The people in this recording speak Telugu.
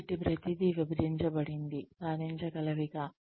కాబట్టి ప్రతిదీ విభజించబడింది సాధించగలవిగా